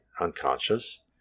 unconscious